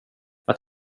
att